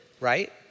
right